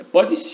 Pode